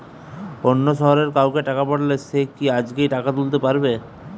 অন্য শহরের কাউকে টাকা পাঠালে সে কি আজকেই টাকা তুলতে পারবে?